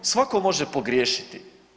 Svatko može pogriješiti.